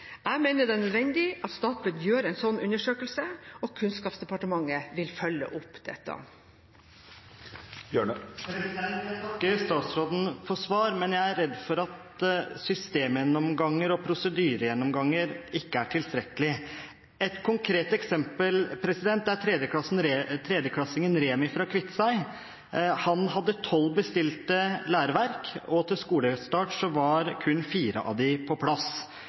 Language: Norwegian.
Jeg mener det er nødvendig at Statped gjør en slik undersøkelse, og Kunnskapsdepartementet vil følge opp dette. Jeg takker statsråden for svar, men jeg er redd for at systemgjennomganger og prosedyregjennomganger ikke er tilstrekkelig. Et konkret eksempel er tredjeklassingen Remi fra Kviteseid. Han hadde tolv bestilte læreverk, og til skolestart var kun fire av dem på plass.